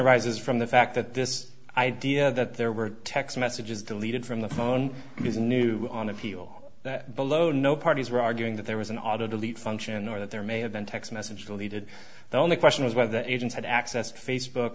arises from the fact that this idea that there were text messages deleted from the phone is new on appeal below no parties were arguing that there was an auto delete function or that there may have been text message deleted the only question was whether the agents had access to facebook